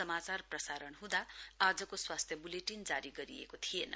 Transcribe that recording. समाचार प्रसारण हुँदा आजको स्वास्थ्य वुलेटिन जारी गरिएको थिएन